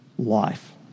Life